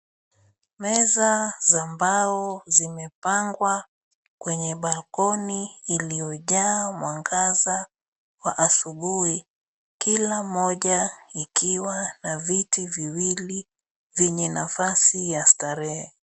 Meza za mbao zimepangwa kwenye balcony iliyojaa mwangaza wa asubuhi. Kila moja ikiwa na viti viwili vyenye nafasi ya starehe.